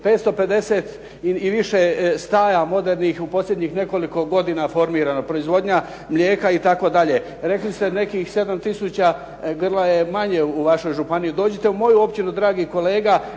550 i više staja modernih u posljednjih nekoliko godina je formirano, proizvodnja mlijeka itd. Rekli ste nekih 7 tisuća grla je manje u vašoj županiji. Dođite u moju općinu dragi kolega